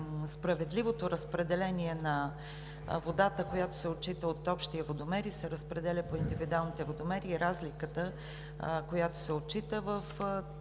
справедливото разпределение на водата, която се отчита от общия водомер и се разпределя по индивидуалните водомери, и разликата, която се отчита при